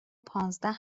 پانزده